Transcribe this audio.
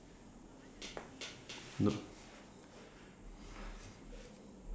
no